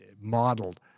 modeled